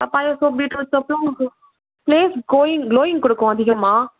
papaya soap beetroot சோப்பெலாம் உங்களுக்கு face க்கோயிங் க்ளோயிங் கொடுக்கும் அதிகமாக